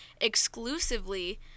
exclusively